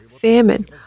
famine